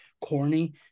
corny